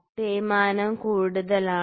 തേയ്മാനം കൂടുതലാണോ